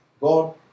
God